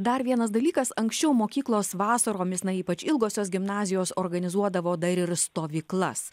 dar vienas dalykas anksčiau mokyklos vasaromis na ypač ilgosios gimnazijos organizuodavo dar ir stovyklas